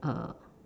uh